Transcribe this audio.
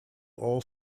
all